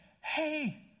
hey